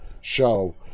show